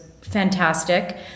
fantastic